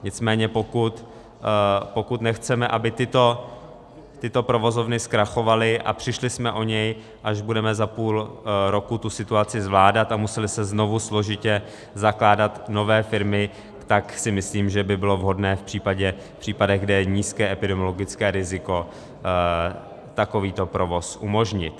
Nicméně pokud nechceme, aby tyto provozovny zkrachovaly a přišli jsme o ně, až budeme za půl roku tu situaci zvládat, a musely se znovu složitě zakládat nové firmy, tak si myslím, že by bylo vhodné v případech, kde je nízké epidemiologické riziko, takovýto provoz umožnit.